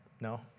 No